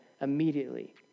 immediately